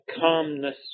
calmness